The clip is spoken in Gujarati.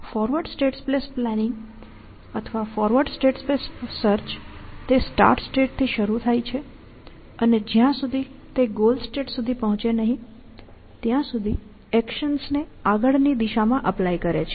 ફોરવર્ડ સ્ટેટ સ્પેસ પ્લાનિંગ અથવા ફોરવર્ડ સ્ટેટ સ્પેસ સર્ચ તે સ્ટાર્ટ સ્ટેટ થી શરૂ થાય છે અને જ્યાં સુધી તે ગોલ સ્ટેટ સુધી પહોંચે નહીં ત્યાં સુધી એક્શન્સ ને આગળની દિશામાં અપ્લાય કરે છે